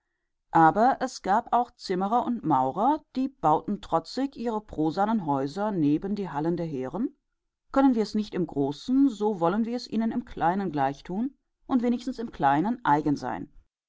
wollte es gab aber auch zimmerer und maurer die bauten trotzig ihre profanen häuser neben die hallen der hehren können wir's nicht im großen so wollen wir's ihnen im kleinen gleich tun und wenigstens im kleinen eigen sein